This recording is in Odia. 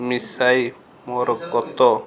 ମିଶାଇ ମୋର ଗତ